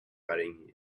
fighting